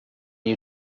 you